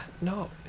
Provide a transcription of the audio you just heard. No